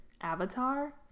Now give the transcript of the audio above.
avatar